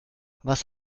was